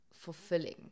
fulfilling